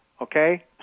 okay